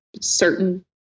certain